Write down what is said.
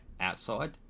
outside